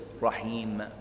Rahim